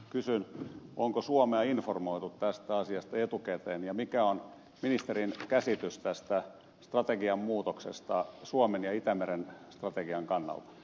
kysyn onko suomea informoitu tästä asiasta etukäteen ja mikä on ministerin käsitys tästä strategian muutoksesta suomen ja itämeren strategian kannalta